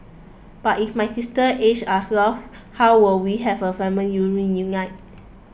but if my sister's ashes are how will we have a family